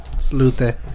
Salute